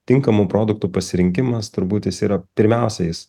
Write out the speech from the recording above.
tinkamų produktų pasirinkimas turbūt jis yra pirmiausiais